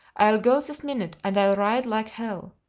i'll go this minute, and i'll ride like hell!